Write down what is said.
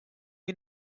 you